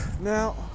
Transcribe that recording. Now